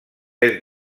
est